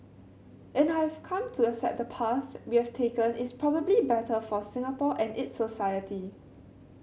and I've come to accept the path we have taken is probably better for Singapore and its society